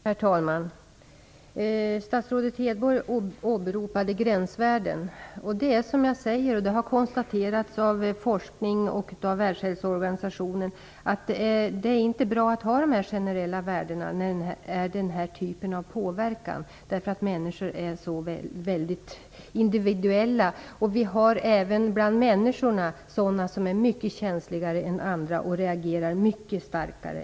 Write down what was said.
Herr talman! Statsrådet Hedborg åberopade gränsvärden. Det är som jag säger, att det inte är bra med generella värden när det gäller denna typ av påverkan. Det har konstaterats i forskning och av Världshälsoorganisationen. Människor är så individuella. Även bland människorna finns sådana som är mycket känsligare än andra och reagerar mycket starkare.